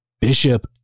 Bishop